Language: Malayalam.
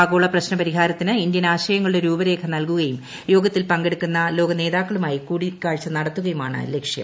ആഗോള പ്രശ്ന പരിഹാരത്തിന് ഇന്ത്യൻ ആശയങ്ങളുടെ രൂപരേഖ നൽകുകയും യോഗത്തിൽ പങ്കെടുക്കുന്ന ലോക നേതാക്കളമായി കൂടിക്കാഴ്ച നടത്തുകയുമാണ് ലക്ഷ്യം